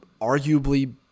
arguably